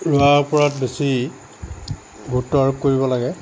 ৰোৱা ওপৰত বেছি গুৰুত্ব আৰোপ কৰিব লাগে